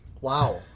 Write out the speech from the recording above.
Wow